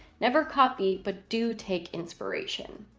never copy but do take inspiration.